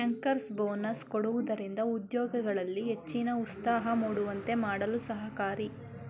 bankers bonus ಕೊಡುವುದರಿಂದ ಉದ್ಯೋಗಿಗಳಲ್ಲಿ ಹೆಚ್ಚಿನ ಉತ್ಸಾಹ ಮೂಡುವಂತೆ ಮಾಡಲು ಸಹಕಾರಿ